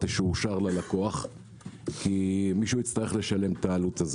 תשורשר ללקוח כי מישהו יצטרך לשלם אותה.